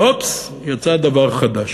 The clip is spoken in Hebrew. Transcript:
והופס, יצא דבר חדש.